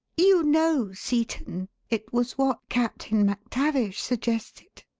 you know, seton, it was what captain mactavish suggested,